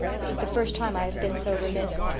it is the first time i have been so remiss.